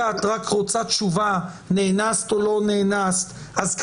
את רק רוצה תשובה האם נאנסת או לא נאנסת אז,